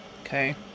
Okay